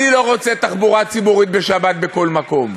אני לא רוצה תחבורה ציבורית בשבת בכל מקום,